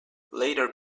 later